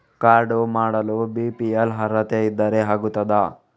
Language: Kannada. ಕಾರ್ಡು ಮಾಡಲು ಬಿ.ಪಿ.ಎಲ್ ಅರ್ಹತೆ ಇದ್ದರೆ ಆಗುತ್ತದ?